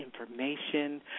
information